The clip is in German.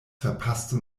verpasste